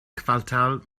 quartal